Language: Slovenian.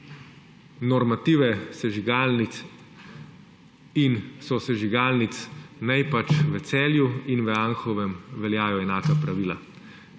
normative sežigalnic in sosežigalnic, naj pač v Celju in v Anhovem veljajo enaka pravila.